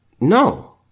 no